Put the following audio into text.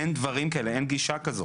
אין דברים כאלה, אין גישה כזאת.